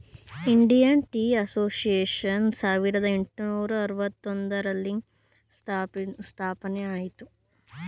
Indian Tea Association ಸಾವಿರದ ಏಟುನೂರ ಅನ್ನೂತ್ತ ಒಂದರಲ್ಲಿ ಸ್ಥಾಪನೆಯಾಯಿತು